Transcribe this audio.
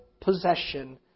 possession